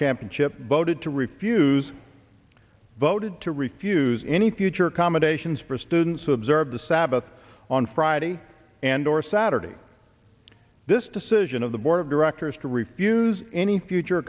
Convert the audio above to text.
championship voted to refuse voted to refuse any future commendations for students who observe the sabbath on friday and or saturday this decision of the board of directors to refuse any future